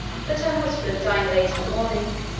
that her husband dying late in the morning,